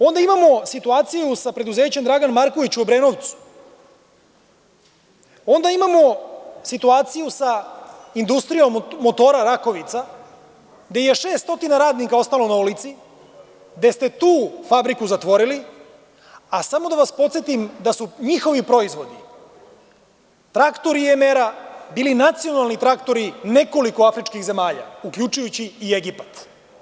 Onda imamo situaciju sa preduzećem „Dragan Marković“ u Obrenovcu, onda imamo situaciju sa industrijom motora „Rakovica“ gde je šest stotina radnika ostalo na ulici, da ste tu fabriku zatvorili a samo da vas podsetim da su njihovi proizvodi, traktori IMR bili nacionalni traktori u nekoliko afričkih zemalja, uključujući i Egipat.